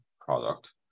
product